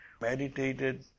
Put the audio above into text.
meditated